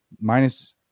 Minus